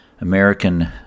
American